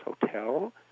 hotel